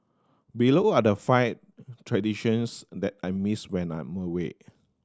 below are the five traditions that I miss when I'm away